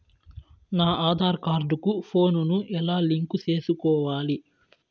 నా ఆధార్ కార్డు కు ఫోను ను ఎలా లింకు సేసుకోవాలి?